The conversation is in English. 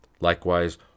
Likewise